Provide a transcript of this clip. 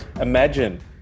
Imagine